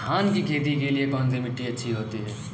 धान की खेती के लिए कौनसी मिट्टी अच्छी होती है?